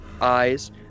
eyes